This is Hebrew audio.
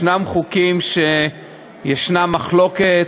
ישנם חוקים שישנה עליהם מחלוקת,